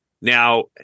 Now